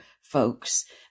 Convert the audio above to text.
folks